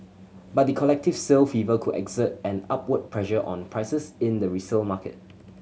but the collective sale fever could exert an upward pressure on prices in the resale market